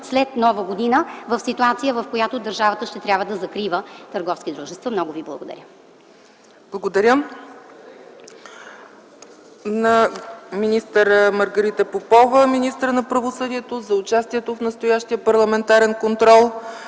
след Нова година в ситуация, в която държавата ще трябва да закрива търговски дружества. Много ви благодаря.